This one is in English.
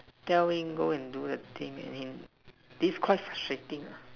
tell him go and do the thing and he is this quite frustrating eh